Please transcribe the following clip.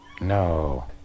No